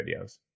videos